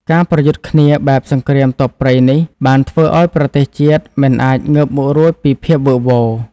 ការប្រយុទ្ធគ្នាបែបសង្គ្រាមទ័ពព្រៃនេះបានធ្វើឱ្យប្រទេសជាតិមិនអាចងើបមុខរួចពីភាពវឹកវរ។